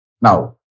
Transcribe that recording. now